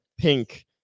Pink